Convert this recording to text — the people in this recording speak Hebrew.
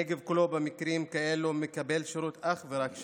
הנגב כולו במקרים כאלו מקבל שירות אך ורק שם.